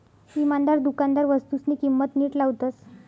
इमानदार दुकानदार वस्तूसनी किंमत नीट लावतस